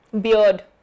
Beard